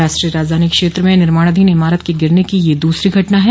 राष्ट्रीय राजधानी क्षेत्र में निर्माणाधीन इमारत के गिरने की यह दूसरी घटना है